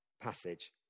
passage